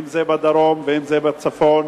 אם זה בדרום ואם זה בצפון